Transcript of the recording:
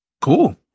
cool